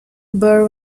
burr